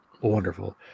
wonderful